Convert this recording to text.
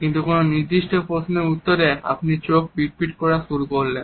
কিন্তু কোন নির্দিষ্ট প্রশ্নের উত্তরে আপনি চোখ পিটপিট করতে শুরু করলেন